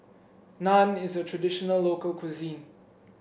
naan is a traditional local cuisine